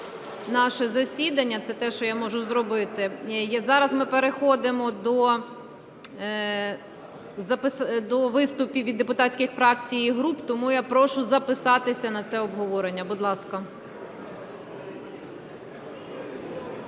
наше засідання. Це те, що я можу зробити. І зараз ми переходимо до виступів від депутатських фракцій і груп. Тому я прошу записатися на це обговорення, будь ласка.